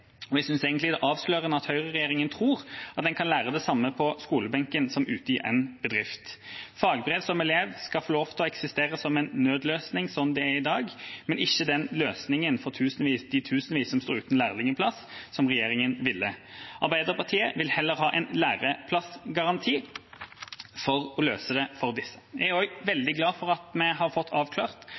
og jeg synes egentlig det er avslørende at høyreregjeringa tror at en kan lære det samme på skolebenken som ute i en bedrift. Fagbrev som elev skal få lov til å eksistere som en nødløsning, som det er i dag, men ikke som en løsning for de tusenvis som står uten lærlingplass, som regjeringa ville. Arbeiderpartiet vil heller ha en læreplassgaranti for å løse dette. Jeg er også veldig glad for at vi har fått avklart